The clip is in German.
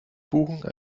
buchen